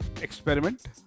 experiment